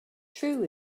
true